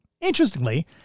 Interestingly